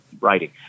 writing